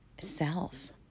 self